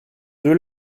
deux